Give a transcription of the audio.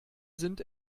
sind